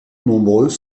nombreux